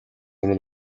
өмнө